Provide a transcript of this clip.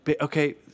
okay